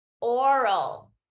oral